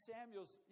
Samuel's